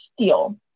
steel